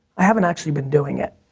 i haven't actually been doing it,